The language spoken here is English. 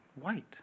white